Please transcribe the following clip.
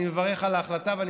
אני מברך על ההחלטה,